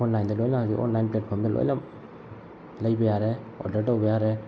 ꯑꯣꯟꯂꯥꯏꯟꯗ ꯂꯣꯏꯅ ꯍꯧꯖꯤꯛ ꯑꯣꯟꯂꯥꯏꯟ ꯄ꯭ꯂꯦꯠꯐꯣꯝꯗ ꯂꯣꯏꯅ ꯂꯩꯕ ꯌꯥꯔꯦ ꯑꯣꯔꯗꯔ ꯇꯧꯕ ꯌꯥꯔꯦ